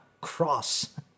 cross